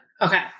Okay